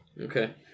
Okay